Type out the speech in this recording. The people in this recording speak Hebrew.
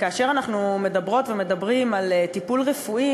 וכאשר אנחנו מדברות ומדברים על טיפול רפואי,